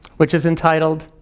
which is entitled,